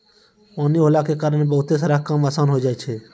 पानी होला के कारण बहुते सारा काम आसान होय जाय छै